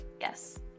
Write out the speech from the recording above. yes